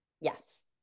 Yes